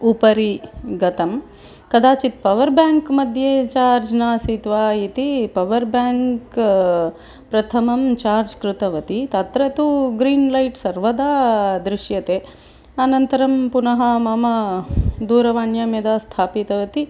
उपरि गतं कदाचित् पवर् बाङ्क्मध्ये चार्ज् न आसीत् वा इति पवर् बाङ्क् प्रथमं चार्ज् कृतवती तत्र तु ग्रीन् लैट् सर्वदा दृश्यते अनन्तरं पुनः मम दूरवाण्यां यदा स्थापितवती